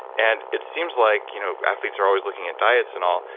and it seems like you know athletes are always looking at diets and all,